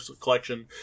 collection